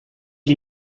you